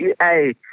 Hey